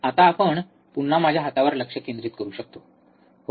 आता आपण पुन्हा माझ्या हातावर लक्ष केंद्रित करू शकतो होय